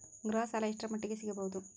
ಗೃಹ ಸಾಲ ಎಷ್ಟರ ಮಟ್ಟಿಗ ಸಿಗಬಹುದು?